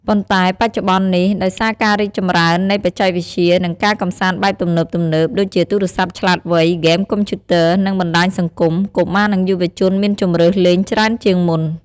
ប៉ុន្តែបច្ចុប្បន្ននេះ ដោយសារការរីកចម្រើននៃបច្ចេកវិទ្យា និងការកម្សាន្តបែបទំនើបៗ ដូចជាទូរស័ព្ទឆ្លាតវៃ ហ្គេមកុំព្យូទ័រ និងបណ្តាញសង្គម កុមារ និងយុវជនមានជម្រើសលេងច្រើនជាងមុន។